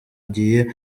agiye